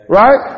right